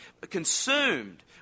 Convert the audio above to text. consumed